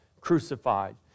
crucified